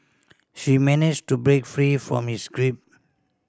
she managed to break free from his grip